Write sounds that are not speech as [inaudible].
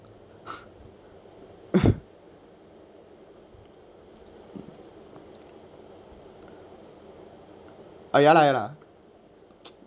[coughs] ah ya lah ya lah